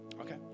okay